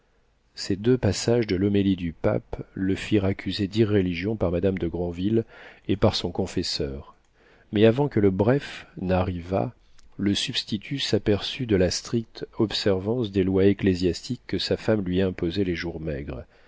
ces deux passages de l'homélie du pape le firent accuser d'irréligion par madame de granville et par son confesseur mais avant que le bref n'arrivât le substitut s'aperçut de la stricte observance des lois ecclésiastiques que sa femme lui imposait les jours maigres